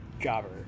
jobber